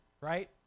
right